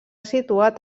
situat